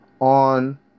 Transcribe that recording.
on